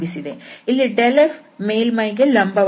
ಇಲ್ಲಿ ∇f ಮೇಲ್ಮೈಗೆ ಲಂಬವಾಗಿದೆ